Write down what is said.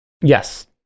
Yes